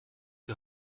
die